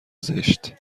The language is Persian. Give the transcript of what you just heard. زشت